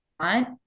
want